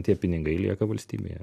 tie pinigai lieka valstybėje